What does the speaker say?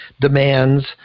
demands